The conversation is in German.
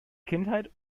kindheit